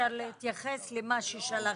אפשר להתייחס למה ששלחתם,